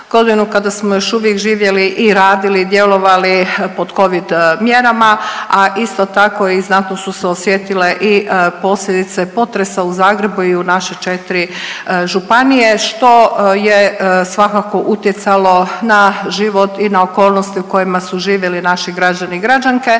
kada smo još uvijek živjeli i radili i djelovali pod covid mjerama, a isto tako i znatno su se osjetile i posljedice potresa u Zagrebu i u naše 4 županije, što je svakako utjecalo na život i na okolnosti u kojima su živjeli naši građani i građanke,